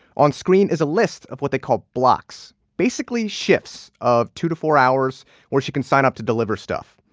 on screen is a list of what they call blocks basically, shifts of two to four hours where she can sign up to deliver stuff.